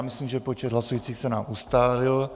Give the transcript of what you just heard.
Myslím, že počet hlasujících se nám ustálil.